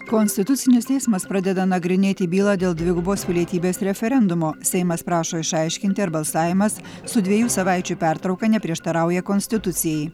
konstitucinis teismas pradeda nagrinėti bylą dėl dvigubos pilietybės referendumo seimas prašo išaiškinti ar balsavimas su dviejų savaičių pertrauka neprieštarauja konstitucijai